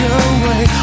away